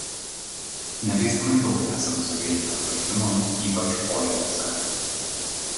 neleistinai daug esama sovietinio paikimo ypač požiūriuose